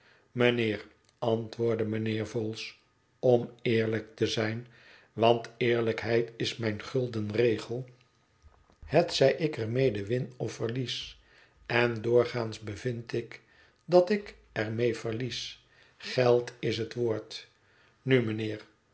mijnheer antwoordde mijnheer vholes om eerlijk te zijn want eerlijkheid is mijn gulden regel hetzij ik er mede win of verlies en doorgaans bevind ik dat ik er mee verlies geld is het woord nu mijnheer